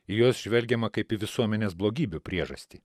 į juos žvelgiama kaip į visuomenės blogybių priežastį